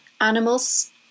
animals